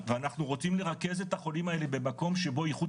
ואנחנו רוצים לרכז את החולים האלה במקום שבו איכות